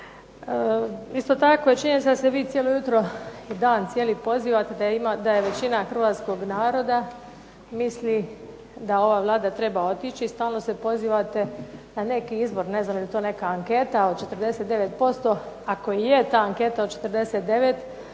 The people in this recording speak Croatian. Isto tako je činjenica da ste vi cijelo jutro i dan cijeli pozivate da je većina hrvatskog naroda misli da ova Vlada treba otići i stalno se pozivate ne neki izvor. Ne znam je li to neka anketa od 49%, ako je ta anketa od 49%